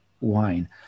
wine